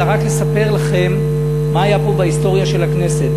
אלא רק לספר לכם מה היה פה בהיסטוריה של הכנסת.